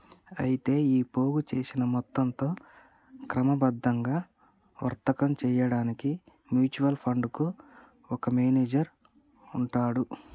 అయితే ఈ పోగు చేసిన మొత్తంతో క్రమబద్ధంగా వర్తకం చేయడానికి మ్యూచువల్ ఫండ్ కు ఒక మేనేజర్ ఉంటాడు